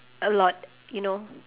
a lot you know